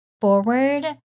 forward